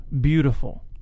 beautiful